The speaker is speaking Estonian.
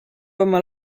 oma